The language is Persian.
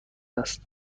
است